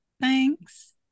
thanks